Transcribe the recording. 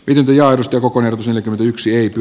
wilby ja ostokokoinen selkä on yksilöity